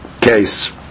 case